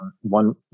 one